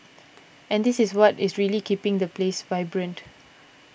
and this is what is really keeping this place vibrant